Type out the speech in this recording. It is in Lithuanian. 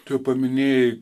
tu paminėjai